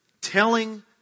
telling